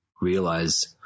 realize